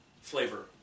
flavor